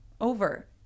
over